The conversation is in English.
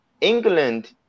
England